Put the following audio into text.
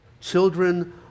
Children